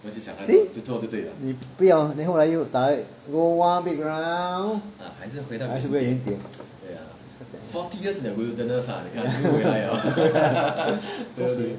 see 你不要后来又 direct go one big round 还是回到原点